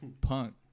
punk